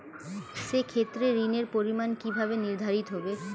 সে ক্ষেত্রে ঋণের পরিমাণ কিভাবে নির্ধারিত হবে?